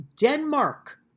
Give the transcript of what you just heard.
Denmark